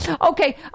Okay